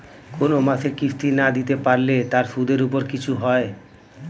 কোন মাসের কিস্তি না দিতে পারলে তার সুদের উপর কিছু হয়?